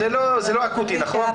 זה לא אקוטי, נכון?